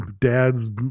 dads